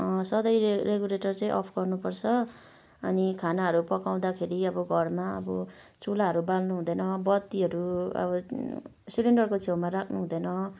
सधैँ रेगुलेटर चाहिँ अफ गर्नुपर्छ नि खानाहरू पकाउँदाखेरि अब घरमा अब चुल्हाहरू बाल्नु हुँदैन बत्तीहरू अब सिलिन्डरको छेउमा राख्नु हुँदैन